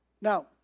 Now